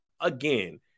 again